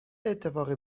اتفاقی